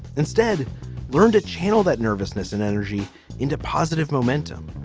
instead learn to channel that nervousness and energy into positive momentum.